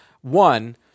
One